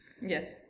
yes